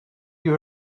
you